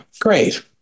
great